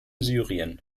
syrien